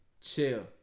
Chill